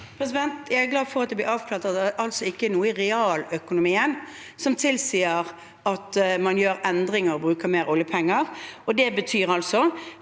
Jeg er glad for at det ble avklart at det ikke er noe i realøkonomien som tilsier at man må gjøre endringer og bruke mer oljepenger.